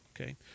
Okay